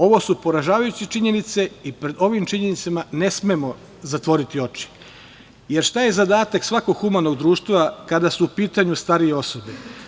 Ovo su poražavajuće činjenice i pred ovim činjenicama ne smemo zatvoriti oči jer šta je zadatak svakog humanog društva kada su u pitanju starije osobe?